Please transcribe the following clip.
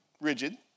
rigid